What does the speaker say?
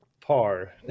par